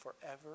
forever